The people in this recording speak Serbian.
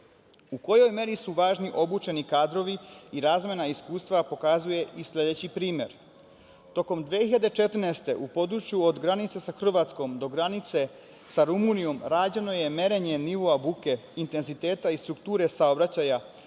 kojoj meri su važni obučeni kadrovi i razmena iskustva pokazuje sledeći primer. Tokom 2014. godine u području od granice sa Hrvatskom do granice sa Rumunijom rađeno je merenje nivoa buke intenziteta i strukture saobraćaja,